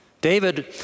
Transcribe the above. David